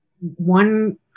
one